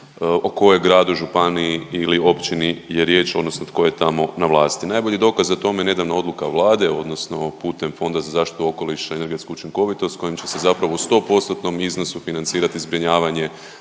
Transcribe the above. o kojem gradu, županiji ili općini je riječ, odnosno tko je tamo na vlasti. Najbolji dokaz tome je nedavna odluka Vlade, odnosno putem Fonda za zaštitu okoliša i energetsku učinkovitost kojim će se zapravo u sto postotnom iznosu financirati zbrinjavanje